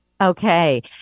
Okay